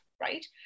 right